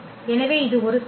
எனவே இது ஒரு சான்று